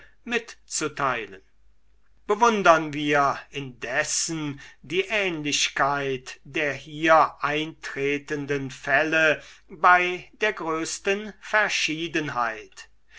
mitzuteilen bewundern wir indessen die ähnlichkeit der hier eintretenden fälle bei der größten verschiedenheit